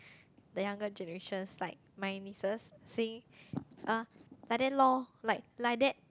the younger generations like my nieces like that loh like liddat